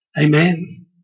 Amen